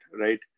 right